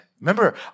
Remember